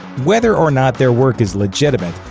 whether or not their work is legitimate,